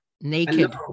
naked